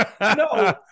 No